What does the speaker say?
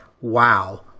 wow